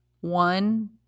one